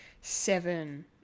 seven